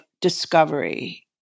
discovery